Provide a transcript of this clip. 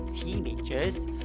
teenagers